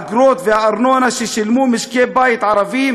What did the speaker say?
האגרות והארנונה ששילמו משקי בית ערביים